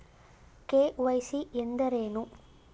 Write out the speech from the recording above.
KYC ಎಂದರೇನು?